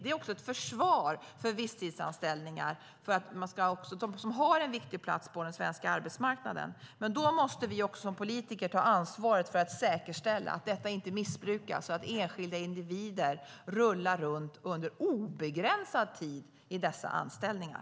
Det är också ett försvar för visstidsanställningar, som har en viktig plats på den svenska arbetsmarknaden, men då måste vi politiker ta ansvar och säkerställa att de inte missbrukas så att enskilda individer under obegränsad tid rullar runt i dessa anställningar.